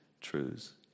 truths